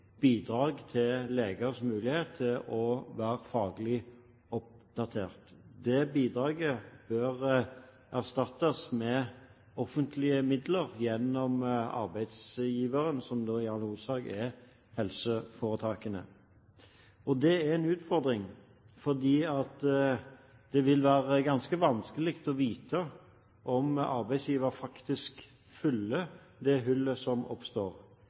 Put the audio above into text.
bidrag til legers mulighet til å være faglig oppdatert. Det bidraget bør erstattes av offentlige midler gjennom arbeidsgiveren, som i all hovedsak er helseforetakene. Det er en utfordring, for det vil være ganske vanskelig å vite om arbeidsgiver faktisk fyller det hullet som oppstår.